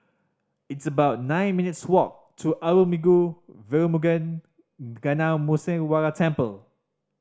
it's about nine minutes' walk to Arulmigu Velmurugan Gnanamuneeswarar Temple